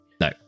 No